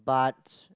but